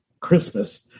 Christmas